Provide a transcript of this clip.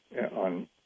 on